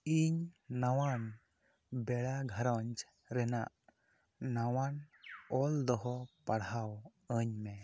ᱤᱧ ᱱᱟᱣᱟᱱ ᱵᱮᱲᱟ ᱜᱷᱟᱨᱚᱸᱡᱽ ᱨᱮᱱᱟᱜ ᱱᱟᱣᱟᱱ ᱚᱞ ᱫᱚᱦᱚ ᱯᱟᱲᱦᱟᱣ ᱟᱹᱧ ᱢᱮ